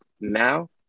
now